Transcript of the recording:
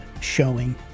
showing